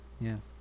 Yes